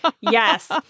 Yes